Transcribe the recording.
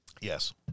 Yes